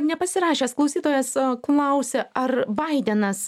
nepasirašęs klausytojas klausia ar baidenas